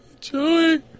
Joey